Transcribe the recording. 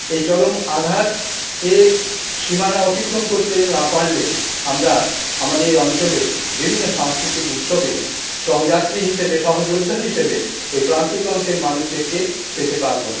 এই চরম আঘাতের সীমানা অতিক্রম করতে না পারলে আমরা আমাদের অঞ্চলের বিভিন্ন সাংস্কৃতিক উৎসবে সহযাত্রী হিসেবে সহযোদ্ধা হিসেবে এই প্রান্তিক অংশের মানুষদেরকে পেতে পারবো না